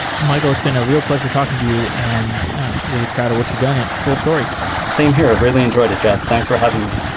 michael, it's been a real pleasure talking to you, and i'm really proud of what you've done at fullstory same here. i really enjoyed it, jeff. thanks for having me.